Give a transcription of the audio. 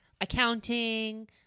accounting